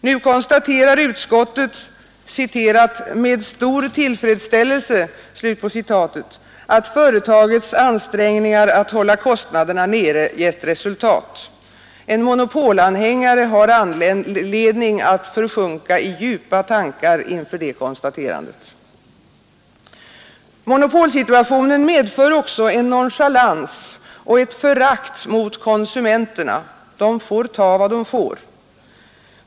Nu konstaterar utskottet ”med stor tillfredsställelse” att företagets ansträngningar att hålla kostnaderna nere gett resultat. En monopolanhängare har anledning att försjunka i djupa tankar inför det konstaterandet. Monopolsituationen medför också en nonchalans och ett förakt mot konsumenterna: de får ta vad de får.